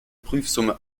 prüfsumme